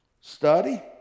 study